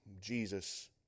Jesus